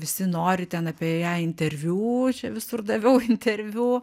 visi nori ten apie ją interviu čia visur daviau interviu